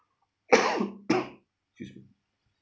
excuse me